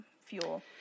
fuel